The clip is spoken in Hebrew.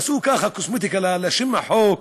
עשו, ככה, קוסמטיקה לשם החוק: